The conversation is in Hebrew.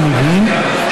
אני מבין,